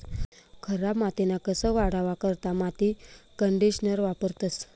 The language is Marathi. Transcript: खराब मातीना कस वाढावा करता माती कंडीशनर वापरतंस